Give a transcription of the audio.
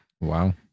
Wow